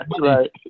Right